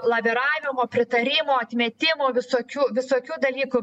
laviravimo pritarimo atmetimo visokių visokių dalykų